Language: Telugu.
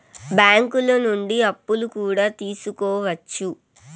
బ్యాంకులు నుండి అప్పులు కూడా తీసుకోవచ్చు